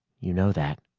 you know that.